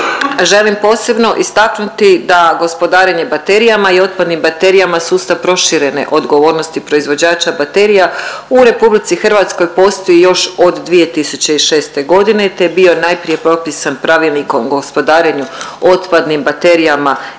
Želim posebno istaknuti da gospodarenje baterijama i otpadnim baterijama sustav proširene odgovornosti proizvođača baterija u RH postoji još od 2006.g. te je bio najprije propisan pravilnikom o gospodarenju otpadnim baterijama